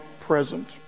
present